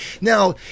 Now